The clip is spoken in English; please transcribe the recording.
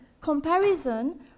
comparison